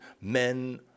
men